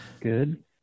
Good